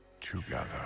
Together